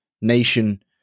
nation